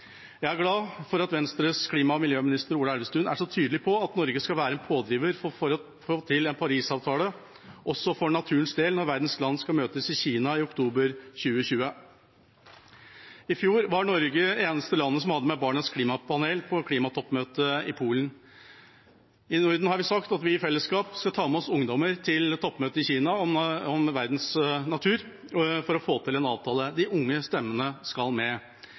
Jeg er glad for at Venstres klima- og miljøminister Ola Elvestuen er så tydelig på at Norge skal være en pådriver for å få til en parisavtale også for naturens del når verdens land skal møtes i Kina i oktober 2020. I fjor var Norge det eneste landet som hadde med Barnas Klimapanel på klimatoppmøtet i Polen. I Norden har vi sagt at vi i fellesskap skal ta med oss ungdommer til toppmøtet i Kina om verdens natur for å få til en avtale. De unge stemmene skal med.